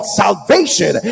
salvation